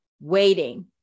waiting